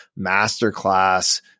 masterclass